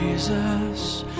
Jesus